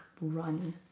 run